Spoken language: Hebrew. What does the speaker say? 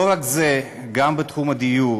לא רק זה, גם בתחום הדיור